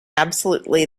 absolutely